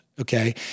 okay